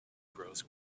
grows